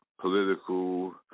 political